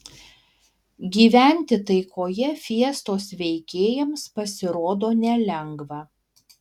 gyventi taikoje fiestos veikėjams pasirodo nelengva